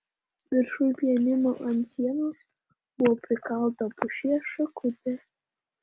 viršuj pianino ant sienos buvo prikalta pušies šakutė